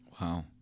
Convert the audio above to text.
Wow